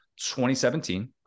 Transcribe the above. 2017